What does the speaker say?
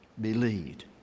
believed